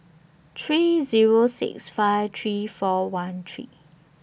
three Zero six five three four one three